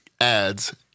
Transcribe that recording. ads